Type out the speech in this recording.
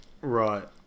Right